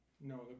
No